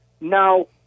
Now